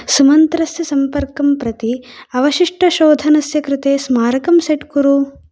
शुमन्त्रस्य सम्पर्कं प्रति अवशिष्टशोधनस्य कृते स्मारकं सेट् कुरु